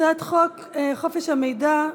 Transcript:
הצעת חוק חופש המידע (תיקון,